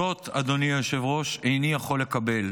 זאת, אדוני היושב-ראש, איני יכול לקבל.